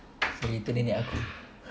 eh tu nenek aku